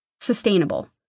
sustainable